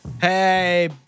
Hey